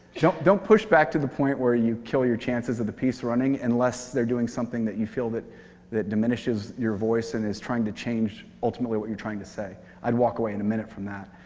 just don't push back to the point where you kill your chances of the piece running, unless they're doing something that you feel that that diminishes your voice and is trying to change, ultimately, what you're trying to say. i'd walk away in a minute for that.